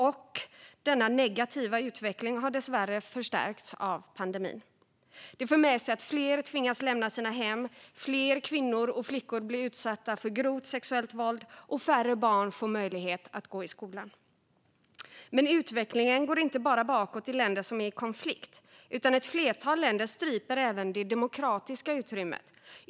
Och denna negativa utveckling har dessvärre förstärkts av pandemin. Det för med sig att fler tvingas lämna sina hem, fler kvinnor och flickor utsätts för sexuellt våld och färre barn får möjlighet att gå i skolan. Men utvecklingen går inte bara bakåt i länder som är i konflikt, utan ett flertal länder stryper även det demokratiska utrymmet.